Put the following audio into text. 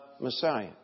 Messiah